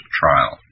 trial